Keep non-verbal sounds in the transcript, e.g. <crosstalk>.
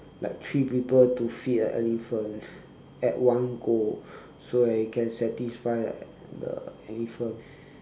like three people to feed a elephant at one go so that you can satisfy <noise> the elephant